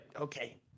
okay